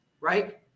right